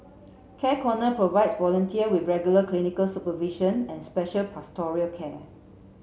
Care Corner provides volunteer with regular clinical supervision and special pastoral care